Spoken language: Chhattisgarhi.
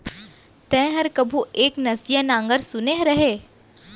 तैंहर कभू एक नसिया नांगर सुने रहें?